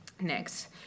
next